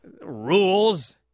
Rules